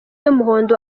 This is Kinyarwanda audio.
y’umuhondo